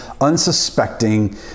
unsuspecting